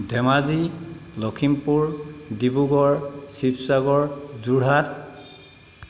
Dhemaji Lakhimpur Dibrugarh Sivasagar Jorhat